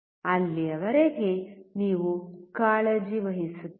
ಅಲ್ಲಿಯವರೆಗೆ ನೀವು ಕಾಳಜಿ ವಹಿಸುತ್ತೀರಿ